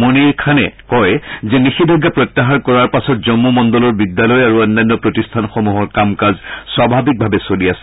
মুনীৰ খানে কয় যে নিষেধাজ্ঞা প্ৰত্যাহাৰ কৰাৰ পাছত জন্মু মণ্ডলৰ বিদ্যালয় আৰু অন্যান্য প্ৰতিষ্ঠানসমূহৰ কাম কাজ স্বাভাৱিকভাৱে চলি আছে